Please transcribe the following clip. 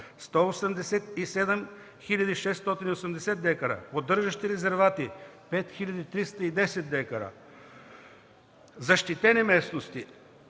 хил. 680 декара; поддържащи резервати – 5310 декара; защитени местности